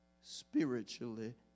spiritually